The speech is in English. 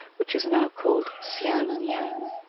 which is now called siang-yang,